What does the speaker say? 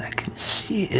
see